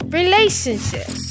relationships